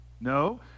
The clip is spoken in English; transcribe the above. No